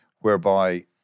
whereby